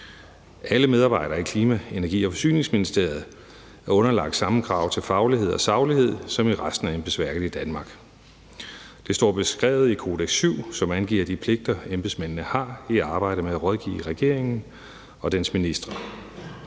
Alle medarbejdere i Klima-, Energi- og Forsyningsministeriet er underlagt samme krav til faglighed og saglighed som i resten embedsværket i Danmark. Det står beskrevet i »Kodex VII«, som angiver de pligter, som embedsmændene har i arbejdet med at rådgive regeringen og dens ministre.